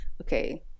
okay